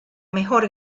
mejor